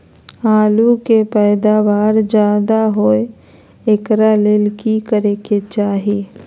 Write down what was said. आलु के पैदावार ज्यादा होय एकरा ले की करे के चाही?